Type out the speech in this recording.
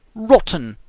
rotten!